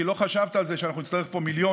כי לא חשבת על זה שאנחנו נצטרך פה מיליונים,